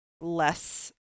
less